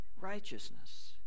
Righteousness